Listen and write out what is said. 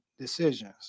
decisions